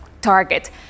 target